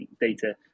data